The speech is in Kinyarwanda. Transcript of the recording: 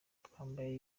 twambaye